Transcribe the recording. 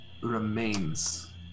remains